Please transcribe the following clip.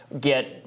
get—